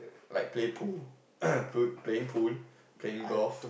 like play pool to playing pool playing golf